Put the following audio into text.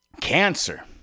Cancer